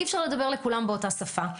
אי אפשר לדבר לכולם באותה שפה.